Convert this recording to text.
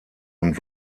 und